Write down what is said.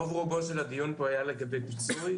רוב רובו של הדיון עסק בפיצוי,